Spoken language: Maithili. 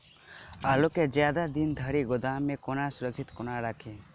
आलु केँ जियादा दिन धरि गोदाम मे कोना सुरक्षित कोना राखि?